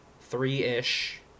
three-ish